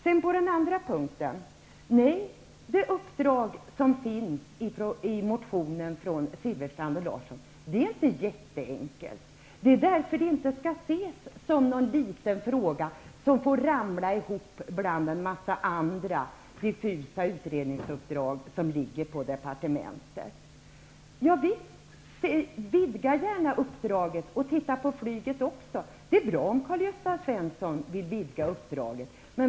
Beträffande den andra punkten vill jag säga att det uppdrag som finns i motionen från Bengt Silfverstrand och Kaj Larsson inte är jätteenkelt. Men det beror på att det inte skall ses som någon liten fråga som får läggas samman med en mängd andra diffusa utredningsuppdrag i departementet. Vidga gärna uppdraget och se över även flyget. Det är bra om Karl-Gösta Svenson vill vidga uppdraget.